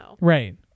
Right